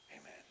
Amen